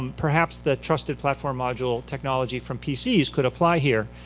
um perhaps the trusted platform module technology from pcs could apply here.